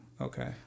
Okay